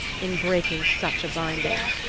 in breaking such a binding?